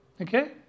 Okay